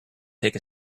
take